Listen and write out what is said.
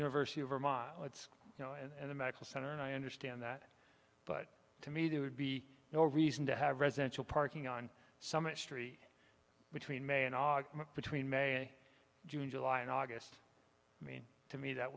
university of vermont lets you know and the medical center and i understand that but to me that would be no reason to have residential parking on some a street between may and august between may june july and august i mean to me that